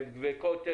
בקוטג'?